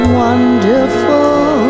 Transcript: wonderful